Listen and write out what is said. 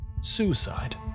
suicide